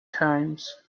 times